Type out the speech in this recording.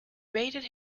raided